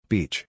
Beach